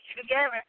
together